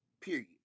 Period